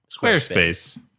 Squarespace